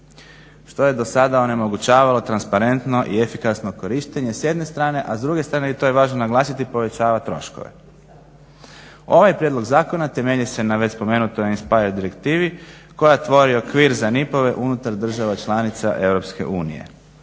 što je do sad onemogućavalo transparentno i efikasno korištenje s jedne strane a s druge strane i to je važno naglasiti povećava troškove. Ovaj prijedlog zakona temelji se na već spomenutoj INSPIRE direktivi koja tvori okvir za NIP-ove unutar država članica EU.